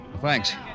Thanks